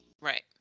Right